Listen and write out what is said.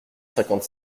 cinquante